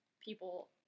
people